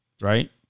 right